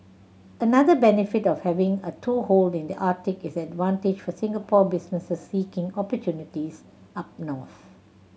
another benefit of having a toehold in the Arctic is the advantage for Singapore businesses seeking opportunities up north